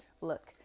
look